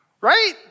right